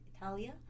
Italia